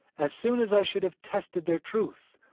as soon as i should have tested their truth,